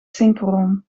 synchroon